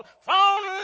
found